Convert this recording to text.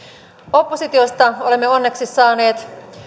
oppositiosta olemme onneksi saaneet